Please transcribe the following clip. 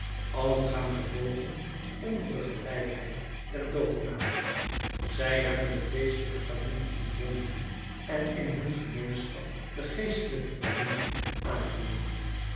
allen gaan gebogen onder de gelijkheid der doopnamen zij hebben de vleeschelijke familie ontbonden en in hun gemeenschap de geestelijke familie aangenomen